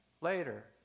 later